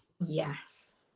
Yes